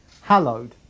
hallowed